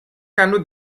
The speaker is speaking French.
canaux